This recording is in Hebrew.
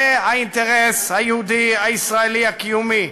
זה האינטרס היהודי הישראלי הקיומי.